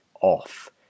off